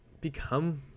become